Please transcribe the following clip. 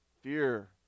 Fear